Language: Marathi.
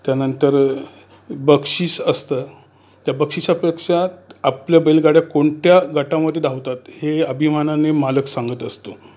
त्यानंतर बक्षीस असतं त्या बक्षीसापेक्षा आपल्या बैलगाड्या कोणत्या गटामध्ये धावतात हे अभिमानाने मालक सांगत असतो